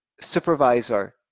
Supervisor